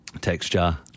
Texture